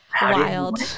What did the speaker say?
wild